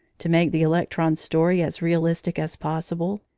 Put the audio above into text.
to make the electron's story as realistic as possible,